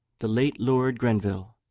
the late lord grenville,